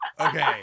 Okay